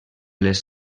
les